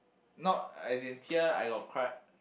not as in tear I got cry